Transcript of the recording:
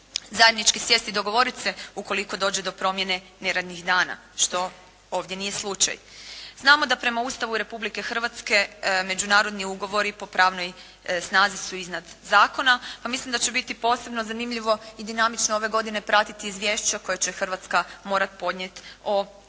zajednički sjesti i dogovoriti se ukoliko dođe do promjene neradnih dana što ovdje nije slučaj. Znamo da prema Ustavu Republike Hrvatske međunarodni ugovori po pravnoj snazi su iznad zakona pa mislim da će biti posebno zanimljivo i dinamično ove godine pratiti izvješća koja će Hrvatska morati ponijeti o